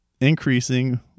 increasing